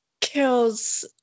kills